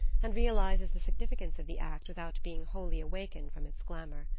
and realizes the significance of the act without being wholly awakened from its glamour.